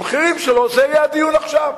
המחירים שלו, זה יהיה הדיון עכשיו.